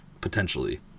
potentially